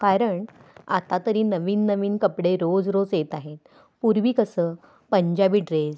कारण आता तरी नवीन नवीन कपडे रोज रोज येत आहेत पूर्वी कसं पंजाबी ड्रेस